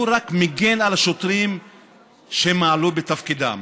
הוא רק מגן על השוטרים שמעלו בתפקידם.